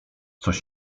coś